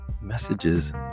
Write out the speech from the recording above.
messages